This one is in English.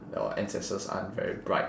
your ancestors aren't very bright